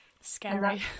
scary